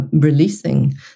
releasing